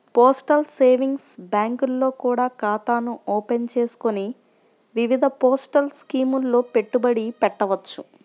postal savings బ్యాంకుల్లో కూడా ఖాతాను ఓపెన్ చేసుకొని వివిధ పోస్టల్ స్కీముల్లో పెట్టుబడి పెట్టవచ్చు